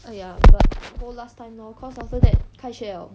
!aiya! but go last time lor cause after that 开学了